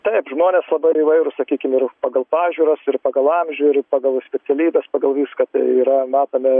taip žmonės labai įvairūs sakykim ir pagal pažiūras ir pagal amžių ir pagal specialybes pagal viską tai yra matome